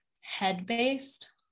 head-based